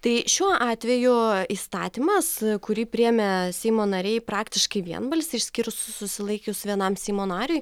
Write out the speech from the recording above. tai šiuo atveju įstatymas kurį priėmė seimo nariai praktiškai vienbalsiai išskyrus susilaikius vienam seimo nariui